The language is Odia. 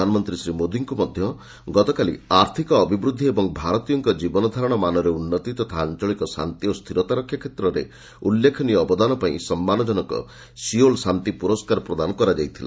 ପ୍ରଧାନମନ୍ତ୍ରୀ ଶ୍ରୀ ମୋଦିଙ୍କୁ ମଧ୍ୟ ଗତକାଲି ଆର୍ଥକ ଅଭିବୃଦ୍ଧି ଏବଂ ଭାରତୀୟଙ୍କ ଜୀବନଧାରଣ ମାନରେ ଉନ୍ଦତି ତଥା ଆଞ୍ଚଳିକ ଶାନ୍ତି ଓ ସ୍ଥିରତା ରକ୍ଷା କ୍ଷେତ୍ରରେ ଉଲ୍ଲେଖନୀୟ ଅବଦାନପାଇଁ ସମ୍ମାନଜନକ ସିଓଲ୍ ଶାନ୍ତି ପ୍ରରସ୍କାର ପ୍ରଦାନ କରାଯାଇଥିଲା